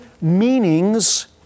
meanings